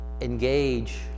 engage